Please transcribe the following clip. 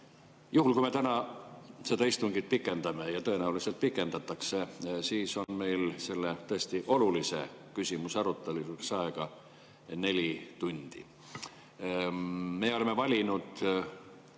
Juhul kui me täna seda istungit pikendame, ja tõenäoliselt pikendame, siis on meil selle tõesti olulise küsimuse arutamiseks aega neli tundi. Me oleme valinud